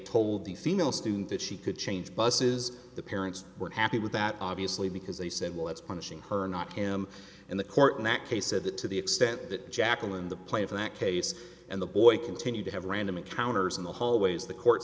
told the female student that she could change buses the parents weren't happy with that obviously because they said well that's punishing her not him and the court in that case said that to the extent that jacqueline the play of that case and the boy continued to have random encounters in the hallways the court